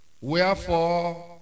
Wherefore